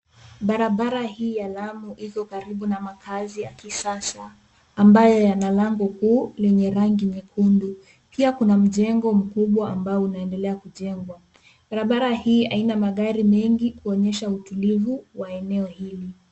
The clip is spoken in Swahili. Barabara hii ya lami iko karibu na makaazi ya kisasa ambayo yana lango kuu lenye rangi nyekundu. Pia kuna mjengo mkubwa ambao unaendelea kujengwa. Barabara hii haina magari mengi kuonyesha utulivu wa eneo hili.